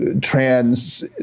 trans